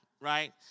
right